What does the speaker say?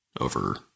over